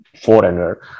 foreigner